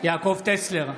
יעקב טסלר,